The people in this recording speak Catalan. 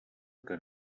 que